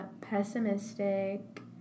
pessimistic